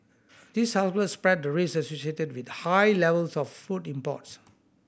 this helps spread the risks associated with high levels of food imports